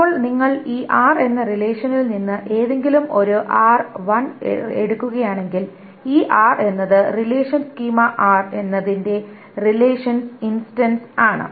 അപ്പോൾ നിങ്ങൾ ഈ r എന്ന റിലേഷനിൽ നിന്ന് ഏതെങ്കിലും ഒരു Ri എടുക്കുകയാണെങ്കിൽ ഈ r എന്നത് റിലേഷൻ സ്കീമ R എന്നതിന്റെ റിലേഷൻ ഇൻസ്റ്റൻസ് ആണ്